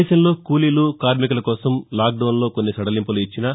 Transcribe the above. దేశంలో కూలీలు కార్నికుల కోసం లాక్డాన్లో కొన్ని సడలింపులు ఇచ్చినా